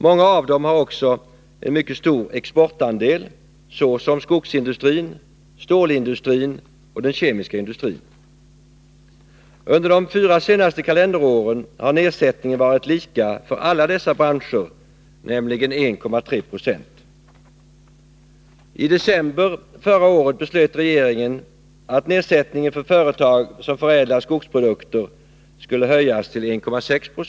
Många av dem har också en mycket stor exportandel, såsom skogsindustrin, stålindustrin och den kemiska industrin. Under de fyra senaste kalenderåren har nedsättningen varit lika för alla dessa branscher, nämligen 1,3 26. I december förra året beslöt regeringen att nedsättningen för företag som förädlar skogsprodukter skulle höjas till 1,6 20.